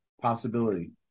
possibility